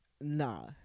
nah